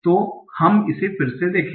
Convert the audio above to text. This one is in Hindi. तो हम इसे फिर से देखें